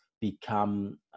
become